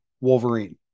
Wolverine